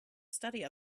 study